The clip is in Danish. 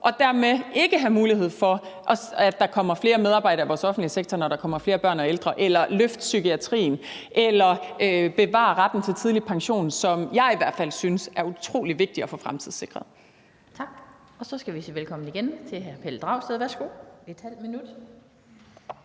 og dermed ikke have mulighed for at få flere medarbejdere i den offentlige sektor, når der kommer flere børn og ældre, eller løfte psykiatrien eller bevare retten til tidlig pension, hvilket jeg i hvert fald synes jeg er utrolig vigtigt at få fremtidssikret. Kl. 15:15 Den fg. formand (Annette Lind): Tak. Så skal vi